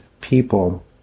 people